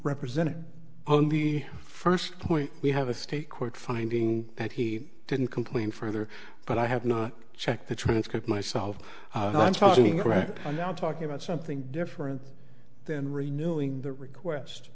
represented on the first point we have a state court finding that he didn't complain further but i have not checked the transcript myself but i'm talking right now talking about something different than renewing the request